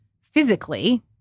physically